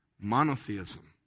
monotheism